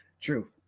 True